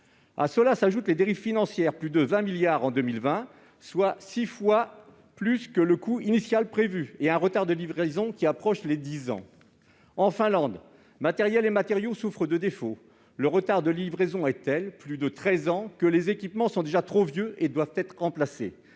À cela s'ajoutent les dérives financières : plus de 20 milliards d'euros en 2020, soit six fois plus que le coût initialement prévu, et un retard de livraison qui approche les dix ans. En Finlande, matériels et matériaux souffrent de défauts. Le retard de livraison est tel- plus de treize ans -que les équipements sont déjà trop vieux et doivent être remplacés.